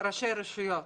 ראשי רשויות.